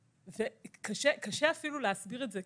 קשה אפילו להסביר את זה,